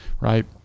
right